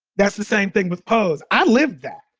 that's the same thing with pose. i lived that.